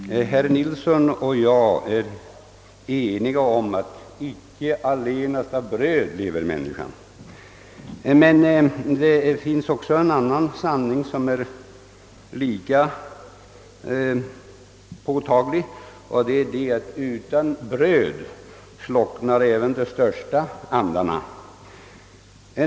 Herr talman! Herr Nilsson i Agnäs och jag är eniga om att människan icke allenast lever av bröd. Men det finns också en annan sanning som är lika påtaglig, nämligen att även de största andar slocknar utan bröd.